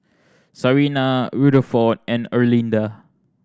Sarina Rutherford and Erlinda